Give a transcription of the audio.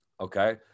Okay